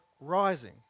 rising